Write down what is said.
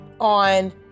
on